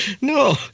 No